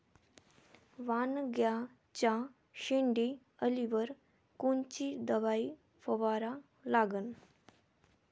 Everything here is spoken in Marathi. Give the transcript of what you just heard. वांग्याच्या शेंडी अळीवर कोनची दवाई फवारा लागन?